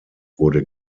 wurde